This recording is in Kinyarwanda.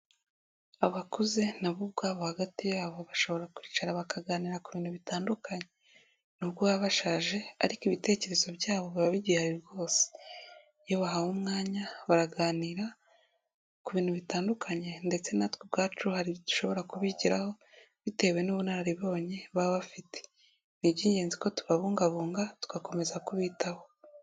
Abakuze na bo ubwabo hagati yabo bashobora kwicara bakaganira ku bintu bitandukanye. Nubwo baba bashaje ariko ibitekerezo byabo biba bigihari rwose. Iyo bahawe umwanya baraganira ku bintu bitandukanye ndetse natwe ubwacu hari ibyo ushobora kubigiraho bitewe n'ubunararibonye baba bafite. Ni iby'ingenzi ko tubabungabunga tugakomeza kubitaho.